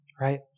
right